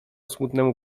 smutnemu